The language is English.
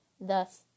Thus